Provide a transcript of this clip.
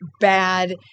bad